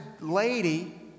lady